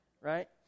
Right